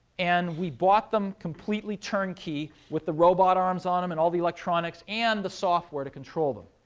and we bought them completely turnkey, with the robot arms on them, and all the electronics, and the software to control them.